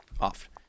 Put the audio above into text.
off